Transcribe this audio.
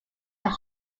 are